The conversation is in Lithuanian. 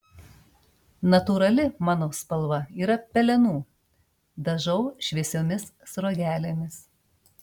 natūrali mano spalva yra pelenų dažau šviesiomis sruogelėmis